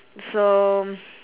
next to the roof